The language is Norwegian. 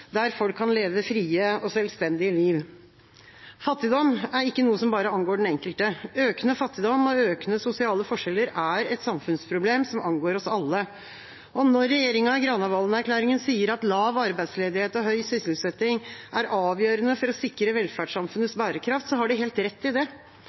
der folk kan leve frie og selvstendige liv.» Fattigdom er ikke noe som bare angår den enkelte. Økende fattigdom og økende sosiale forskjeller er et samfunnsproblem som angår oss alle. Når regjeringa i Granavolden-erklæringen sier at lav arbeidsledighet og høy sysselsetting er avgjørende for å sikre